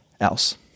else